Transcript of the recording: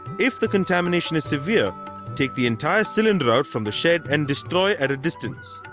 if the contamination is severe take the entire cylinder out from the shed and destroy at a distance.